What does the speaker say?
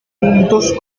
puntos